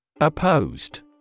Opposed